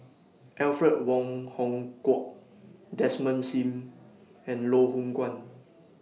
Alfred Wong Hong Kwok Desmond SIM and Loh Hoong Kwan